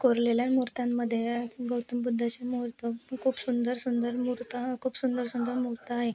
कोरलेल्या मूर्त्यांमध्ये गौतम बुद्धाची मूर्ती खूप सुंदर सुंदर मूर्ती खूप सुंदर सुंदर मूर्ती आहे